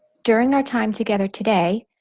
during our time together today,